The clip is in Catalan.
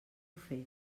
fet